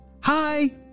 Hi